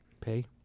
Pay